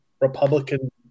republican